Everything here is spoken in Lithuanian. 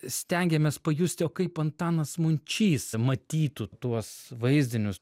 stengėmės pajusti o kaip antanas mončys matytų tuos vaizdinius